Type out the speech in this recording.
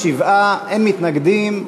בעד, 27, אין מתנגדים.